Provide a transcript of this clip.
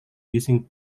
using